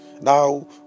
Now